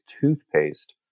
toothpaste